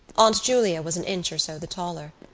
aunt julia was an inch or so the taller.